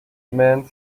man